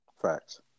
Facts